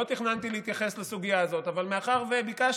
שלא תכננתי להתייחס לסוגיה הזאת, אבל מאחר שביקשת,